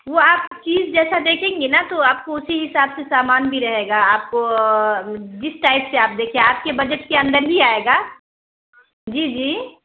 وہ آپ چیز جیسا دیکھیں گے نا تو آپ کو اسی حساب سے سامان بھی رہے گا آپ کو جس ٹائپ سے آپ دیکھے آپ کے بجٹ کے اندر بھی آئے گا جی جی